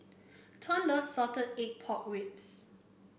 Tuan loves Salted Egg Pork Ribs